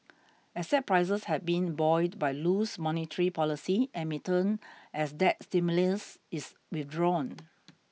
asset prices have been buoyed by loose monetary policy and may turn as that stimulus is withdrawn